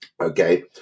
okay